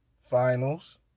Finals